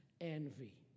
envy